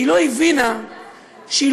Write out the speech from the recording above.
היא לא הבינה שאפילו אי-אפשר להגדיר אותה מיעוט.